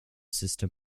system